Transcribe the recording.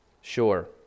sure